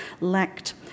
lacked